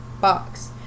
box